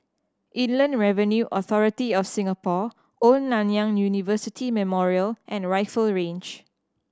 Inland Revenue Authority of Singapore Old Nanyang University Memorial and Rifle Range